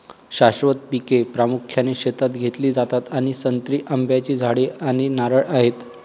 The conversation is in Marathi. शाश्वत पिके प्रामुख्याने शेतात घेतली जातात आणि संत्री, आंब्याची झाडे आणि नारळ आहेत